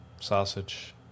Sausage